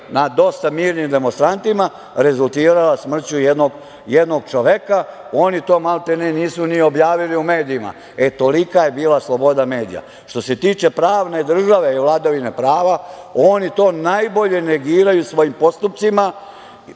nad dosta mirnim demonstrantima rezultirala smrću jednog čoveka. Oni to maltene nisu ni objavili u medijima. E, tolika je bila sloboda medija. Što se tiče pravne države i vladavine prava, oni to najbolje negiraju svojim postupcima